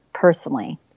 personally